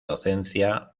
docencia